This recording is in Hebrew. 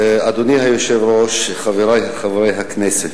אדוני היושב-ראש, חברי חברי הכנסת,